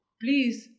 please